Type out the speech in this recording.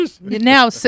Now